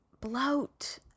Bloat